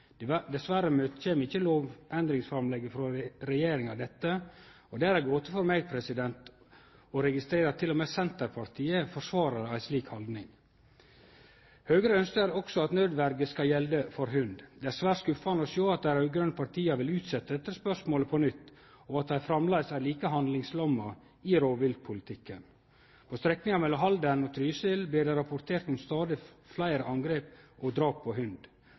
dei raud-grøne partia vil utsetje dette spørsmålet på nytt, og at dei framleis er like handlingslamma i rovviltpolitikken. På strekninga mellom Halden og Trysil blir det rapportert om stadig fleire angrep og drap på hund.